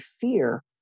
fear